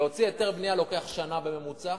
להוציא היתר בנייה לוקח שנה בממוצע.